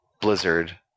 Blizzard –